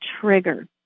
trigger